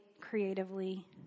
creatively